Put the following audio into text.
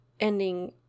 ending